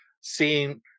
seeing